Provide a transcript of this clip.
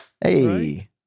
Hey